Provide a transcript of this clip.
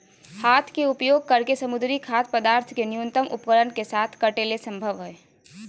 हाथ के उपयोग करके समुद्री खाद्य पदार्थ के न्यूनतम उपकरण के साथ काटे ले संभव हइ